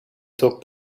took